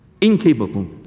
incapable